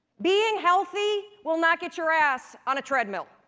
being healthy will not get your ass on a treadmill.